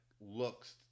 looks